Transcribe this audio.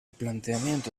planteamiento